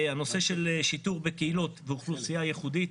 הנושא של שיטור בקהילות ובאוכלוסייה ייחודית.